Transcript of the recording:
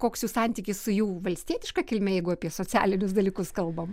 koks jų santykis su jų valstietiška kilme jeigu apie socialinius dalykus kalbam